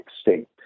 state